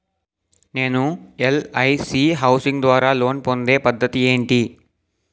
నేను LIC housing ద్వారా loan పొందే పద్ధతి ఏంటి?